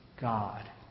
God